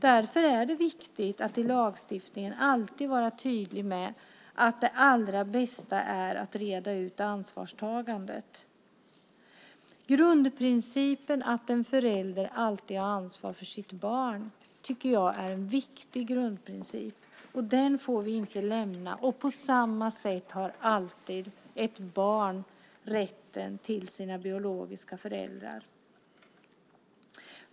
Därför är det viktigt att i lagstiftningen alltid vara tydlig med att det allra bästa är att reda ut ansvarstagandet. Grundprincipen att en förälder alltid har ansvar för sitt barn tycker jag är viktig. Den får vi inte lämna. På samma sätt har ett barn alltid rätt till sina biologiska föräldrar.